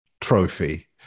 trophy